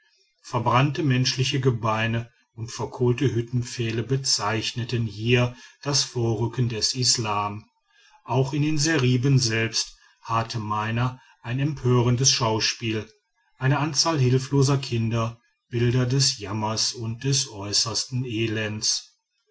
verbrannte menschliche gebeine und verkohlte hüttenpfähle bezeichneten hier das vorrücken des islam auch in den seriben selbst harrte meiner ein empörendes schauspiel eine anzahl hilfloser kinder bilder des jammers und des äußersten elends